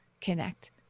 connect